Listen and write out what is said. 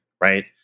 right